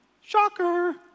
Shocker